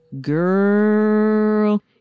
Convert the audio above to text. girl